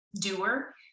doer